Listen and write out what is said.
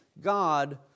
God